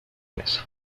mesa